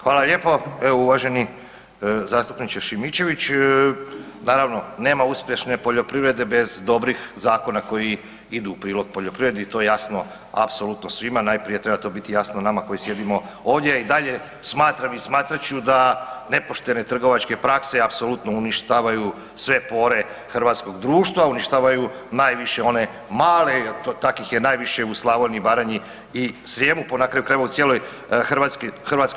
Hvala lijepo, evo uvaženi zastupniče Šimičević, naravno nema uspješne poljoprivrede bez dobrih zakona koji idu u prilog poljoprivredi i to je jasno apsolutno svima, najprije treba to biti nama koji sjedimo ovdje i dalje smatram i smatrat ću da nepoštene trgovačke prakse apsolutne uništavaju sve pore hrvatskog društva, uništavaju najviše one male, takvih je najviše u Slavoniji i Baranji i Srijemu, pa na kraju krajeva u cijeloj Hrvatskoj.